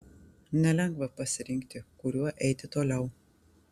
nelengva pasirinkti kuriuo eiti toliau